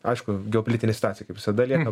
aišku geopolitinė situacija kaip visada lieka